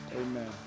amen